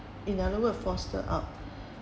in another word foster out